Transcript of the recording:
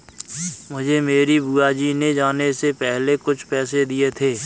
मुझे मेरी बुआ जी ने जाने से पहले कुछ पैसे दिए थे